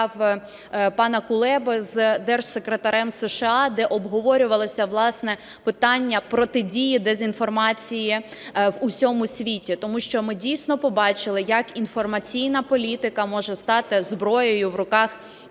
справ пана Кулеби з Держсекретарем США, де обговорювалося власне питання протидії дезінформації в усьому світі. Тому що ми дійсно побачили, як інформаційна політика може стати зброєю в руках тих